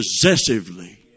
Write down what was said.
possessively